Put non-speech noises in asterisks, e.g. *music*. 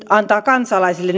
antaa kansalaisille *unintelligible*